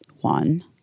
one